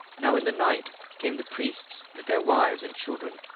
now in the night came the priests with their wives and children,